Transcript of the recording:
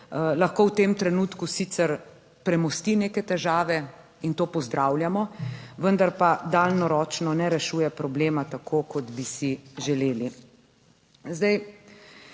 Lahko v tem trenutku sicer premosti neke težave in to pozdravljamo, vendar pa daljnoročno ne rešuje problema tako, kot bi si želeli.